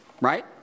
right